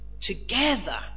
together